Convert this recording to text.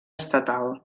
estatal